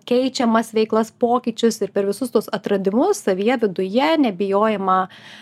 keičiamas veiklos pokyčius ir per visus tuos atradimus savyje viduje nebijojimą